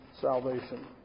salvation